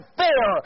fair